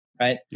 right